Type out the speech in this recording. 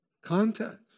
Context